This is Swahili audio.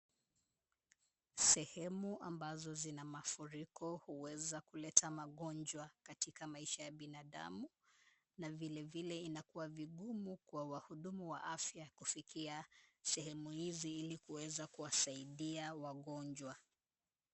Sehemu ambazo zina mafuriko huweza kuleta magonjwa katika maisha ya binadamu na vilevile inakuwa vigumu kwa wahudumu wa afya kufikia sehemu hizi ili kuweza kuwasaidia wagonjwa.